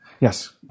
Yes